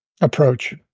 approach